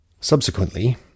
Subsequently